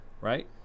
right